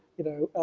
you know,